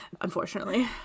unfortunately